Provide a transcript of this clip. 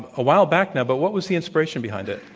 a while back now. but what was the inspiration behind it?